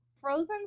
frozen